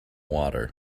water